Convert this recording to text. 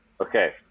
okay